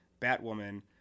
Batwoman